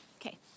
Okay